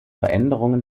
veränderungen